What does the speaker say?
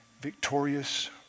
victorious